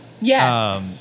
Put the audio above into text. Yes